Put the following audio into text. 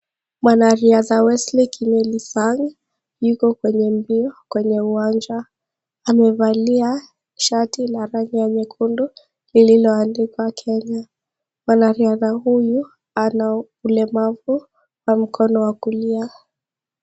Mwanariadha Wesley Kimeli Sang yuko kwenye mbio kwenye uwanja. Amevalia shati la rangi ya nyekundu lililoandikwa Kenya. Mwanariadha huyu ana ulemavu wa mkono wa kulia.